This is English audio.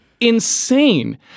insane